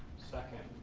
second.